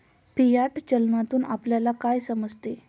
Fiat चलनातून आपल्याला काय समजते?